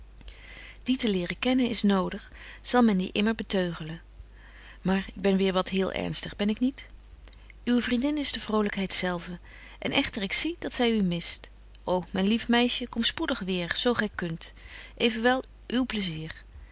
die te leren kennen is nodig zal men die immer beteugelen maar ik ben weêr wat heel ernstig ben ik niet uwe vriendin is de vrolykheid zelf en echter ik zie dat zy u mist ô myn lief meisje kom spoedig weer zo gy kunt evenwel uw plaisier